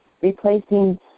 replacing